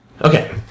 Okay